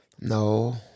No